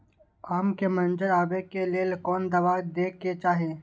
आम के मंजर आबे के लेल कोन दवा दे के चाही?